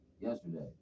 yesterday